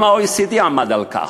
גם ה-OECD עמד על כך.